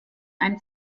einen